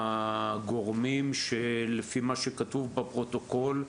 גורמים, שלפי מה שכתוב בפרוטוקול,